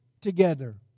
together